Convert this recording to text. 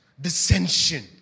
dissension